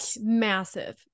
massive